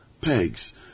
pegs